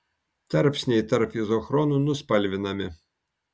tarpsniai tarp izochronų nuspalvinami